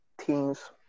teens